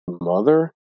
mother